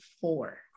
four